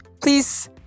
please